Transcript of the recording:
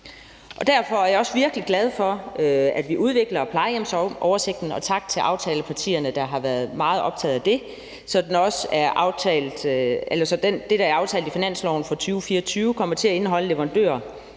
Derfor er jeg også virkelig glad for, at vi udvikler plejehjemsoversigten – og tak til aftalepartierne, der har været meget optaget af det – så det, der er aftalt i finansloven for 2024, kommer til at indeholde leverandører